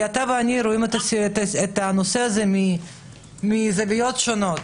אתה ואני רואים את הנושא הזה מזוויות שונות.